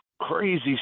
crazy